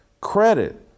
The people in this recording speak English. credit